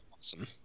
awesome